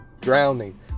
drowning